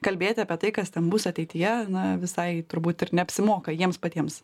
kalbėti apie tai kas ten bus ateityje na visai turbūt ir neapsimoka jiems patiems